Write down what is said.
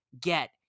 get